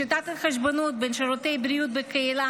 שיטת החשבונות בין שירותי בריאות בקהילה